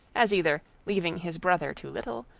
as either leaving his brother too little,